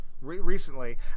recently